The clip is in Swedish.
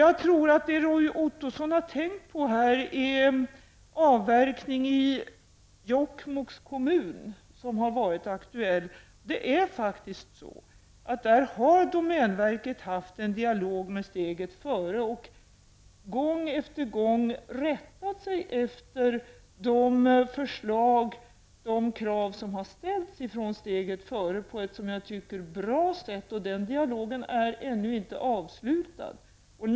Jag tror att Roy Ottosson tänkte på den avverkning i Jokkmokks kommun som har varit aktuell. Där har domänverket haft en dialog med ''Steget före''. Man har gång på gång rättat sig efter de förslag och de krav som har ställts ifrån ''Steget före'' på ett bra sätt, tycker jag. Den dialogen är inte avslutad ännu.